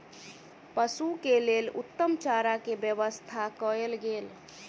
पशु के लेल उत्तम चारा के व्यवस्था कयल गेल